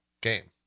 game